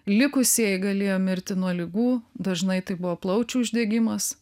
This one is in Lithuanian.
likusieji galėjo mirti nuo ligų dažnai tai buvo plaučių uždegimas